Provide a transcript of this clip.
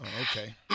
Okay